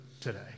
today